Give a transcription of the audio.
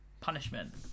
Punishment